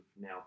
now